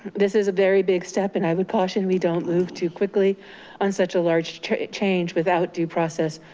this is a very big step. and i would caution we don't move too quickly on such a large change without due process,